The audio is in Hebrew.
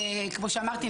כמו שאמרתי,